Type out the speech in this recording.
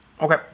Okay